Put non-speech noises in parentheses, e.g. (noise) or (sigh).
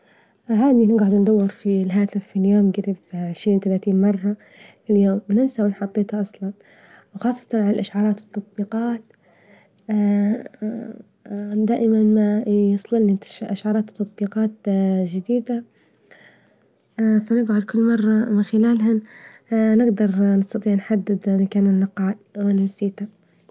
عادة نجعد ندور في الهاتف اليوم جريب عشرين ثلاثين مرة، اليوم ننسى وين حطيته أصلا، وخاصة عالاشعارات والتطبيقات، (hesitation) دائما ما يصلني إشعارات والتطبيقات (hesitation) جديدة، (hesitation) فنظهر كل مرة من خلالهن نجدر نستطيع نحدد إذا كان فين موقعه والمكان إللي نسيته فيه.